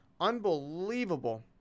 unbelievable